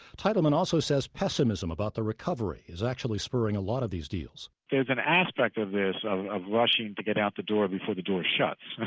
teitelman also says pessimism about the recovery is actually spurring a lot of these deals there's an aspect of this of of rushing to get out the door before the door shuts.